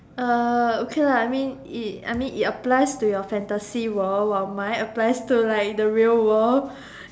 okay I mean it I mean it applies to your fantasy world while mine applies to like the real world